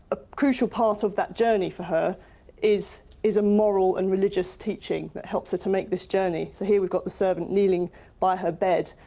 a crucial part of that journey for her is is a moral and religious teaching that helps her to make this journey. so here we've got the servant kneeling by her bed,